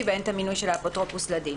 ואין את המינוי של האפוטרופוס לדין.